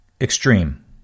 extreme